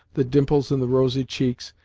the dimples in the rosy cheeks,